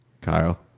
Kyle